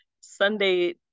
Sunday